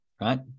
right